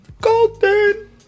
Golden